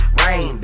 rain